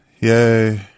Yay